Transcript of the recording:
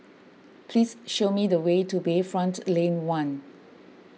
please show me the way to Bayfront Lane one